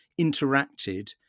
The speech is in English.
interacted